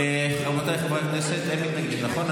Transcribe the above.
רבותיי חברי הכנסת, אין מתנגדים, נכון?